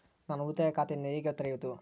ನಾನು ಉಳಿತಾಯ ಖಾತೆಯನ್ನು ಹೇಗೆ ತೆರೆಯುವುದು?